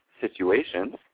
situations